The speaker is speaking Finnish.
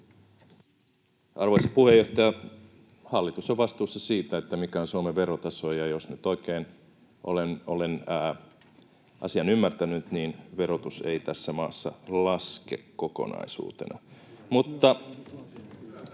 Arvoisa puheenjohtaja! Hallitus on vastuussa siitä, mikä on Suomen verotaso, ja jos nyt oikein olen asian ymmärtänyt, niin verotus ei tässä maassa laske kokonaisuutena.